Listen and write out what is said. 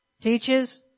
Teaches